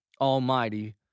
Almighty